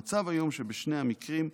המצב היום שבשני המקרים,